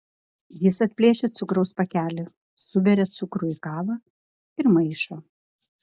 jis atplėšia cukraus pakelį suberia cukrų į kavą ir maišo